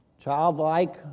Childlike